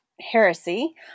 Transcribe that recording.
heresy